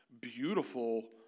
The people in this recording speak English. beautiful